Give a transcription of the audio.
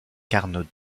carnot